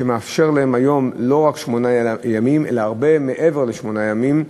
שמאפשר להם היום לקחת לא רק שמונה ימים אלא הרבה מעבר לשמונה ימים,